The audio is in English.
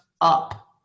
up